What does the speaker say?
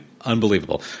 Unbelievable